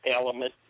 element